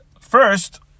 first